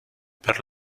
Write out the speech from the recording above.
per